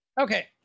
Okay